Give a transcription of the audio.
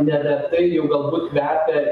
neretai jau galbūt kvepia